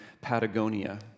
Patagonia